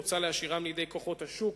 מוצע להשאירם לידי כוחות השוק,